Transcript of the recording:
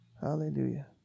Hallelujah